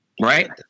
right